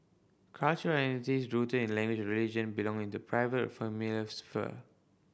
cultural identities rooted in language or religion belong in the private familial sphere